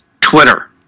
Twitter